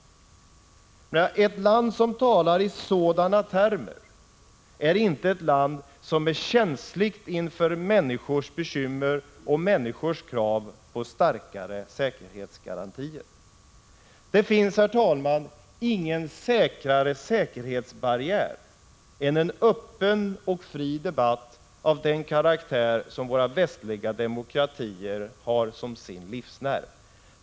Ett land som talar i sådana termer är inte ett land som är känsligt inför människors bekymmer och människors krav på starkare säkerhetsgarantier. Det finns, herr talman, ingen säkrare säkerhetsbarriär än en öppen och fri debatt av den karaktär som våra västliga demokratier har som sin livsnerv.